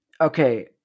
Okay